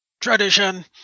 Tradition